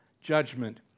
judgment